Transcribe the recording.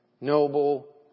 noble